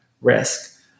risk